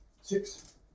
Six